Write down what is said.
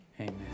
Amen